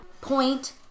point